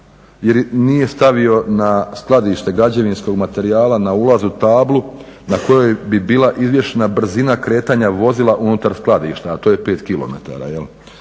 jer nije stavio na skladište građevinskog materijala na ulazu tablu na kojoj bi bila izvješena brzina kretanja vozila unutar skladišta, a to je 5 km,